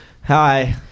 hi